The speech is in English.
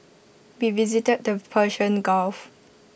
we visited the Persian gulf